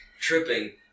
tripping